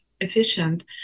efficient